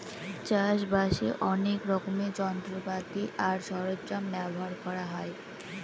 চাষ বাসে অনেক রকমের যন্ত্রপাতি আর সরঞ্জাম ব্যবহার করা হয়